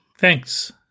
Thanks